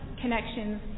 connections